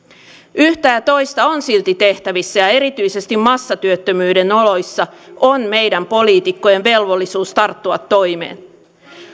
yhtä ja toista on silti tehtävissä ja erityisesti massatyöttömyyden oloissa on meidän poliitikkojen velvollisuus tarttua toimeen